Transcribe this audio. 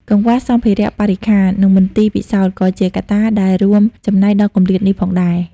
កង្វះសម្ភារៈបរិក្ខារ និងមន្ទីរពិសោធន៍ ក៏ជាកត្តាដែលរួមចំណែកដល់គម្លាតនេះផងដែរ។